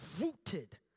rooted